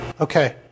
okay